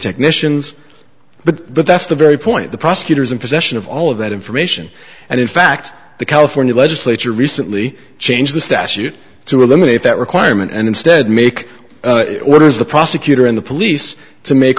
technicians but that's the very point the prosecutors in possession of all of that information and in fact the california legislature recently changed the statute to eliminate that requirement and instead make the prosecutor and the police to make